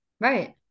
Right